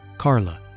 Carla